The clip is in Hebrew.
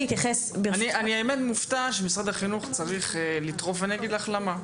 אני מופתע שמשרד החינוך צריך לדחוף ואני אגיד לך למה,